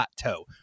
plateau